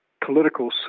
political